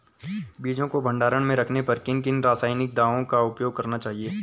बीजों को भंडारण में रखने पर किन किन रासायनिक दावों का उपयोग करना चाहिए?